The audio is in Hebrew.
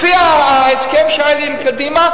לפי ההסכם שהיה לי עם קדימה,